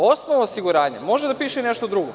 Osnov osiguranja može da piše i nešto drugo.